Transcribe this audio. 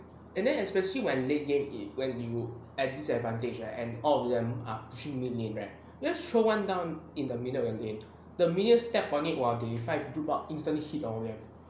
and then especially when late game when you'll at disadvantage right and all of them are three main lane right just throw one down in the middle of the lane the minute step on it while the five group up instantly hit all of them